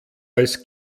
als